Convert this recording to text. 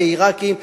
כעירקים,